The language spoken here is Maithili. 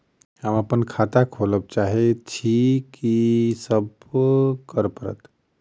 हम अप्पन खाता खोलब चाहै छी की सब करऽ पड़त?